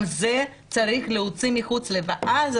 גם את זה צריך להוציא מחוץ ל --- ואז,